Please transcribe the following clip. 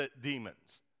demons